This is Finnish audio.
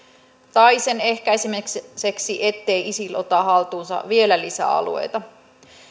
tai sen ehkäisemiseksi ettei isil ota haltuunsa vielä lisäalueita